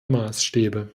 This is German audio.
maßstäbe